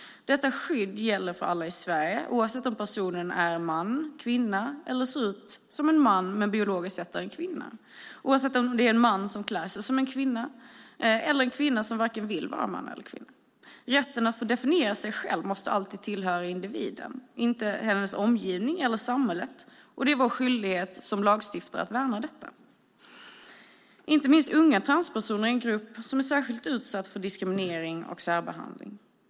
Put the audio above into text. Detta skydd gäller för alla i Sverige oavsett om personen är man eller kvinna eller ser ut som en man men biologiskt sett är en kvinna. Det gäller oavsett om det är en man som klär sig som en kvinna eller om det är en kvinna som inte vill vara vare sig man eller kvinna. Rätten att få definiera sig själv måste alltid tillhöra individen - inte hennes omgivning eller samhället, och det är vår skyldighet som lagstiftare att värna detta. Inte minst unga transpersoner är en grupp som är särskilt utsatt för diskriminering och särbehandling.